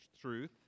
truth